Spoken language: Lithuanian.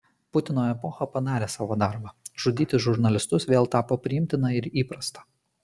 putino epocha padarė savo darbą žudyti žurnalistus vėl tapo priimtina ir įprasta